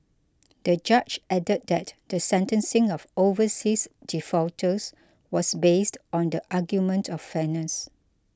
the judge added that the sentencing of overseas defaulters was based on the argument of fairness